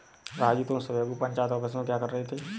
राजू तुम सुबह को पंचायत ऑफिस में क्या कर रहे थे?